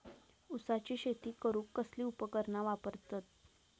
ऊसाची शेती करूक कसली उपकरणा वापरतत?